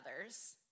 others